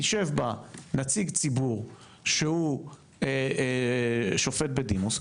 יישב בה נציג ציבור שהוא שופט בדימוס,